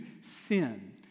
sin